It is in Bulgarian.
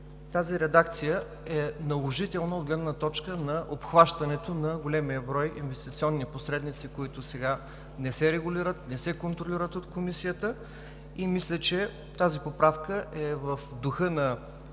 тази редакция е наложителна от гледна точка на обхващането на големия брой инвестиционни посредници, които сега не се регулират, не се контролират от Комисията. Мисля, че тази поправка е в духа на